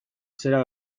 zera